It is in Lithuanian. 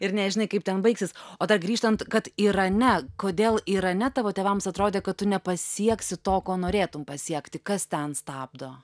ir nežinai kaip ten baigsis o dar grįžtant kad irane kodėl irane tavo tėvams atrodė kad tu nepasieksi to ko norėtum pasiekti kas ten stabdo